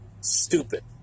Stupid